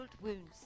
Wounds